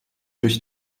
durch